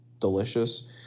delicious